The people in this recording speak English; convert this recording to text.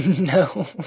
No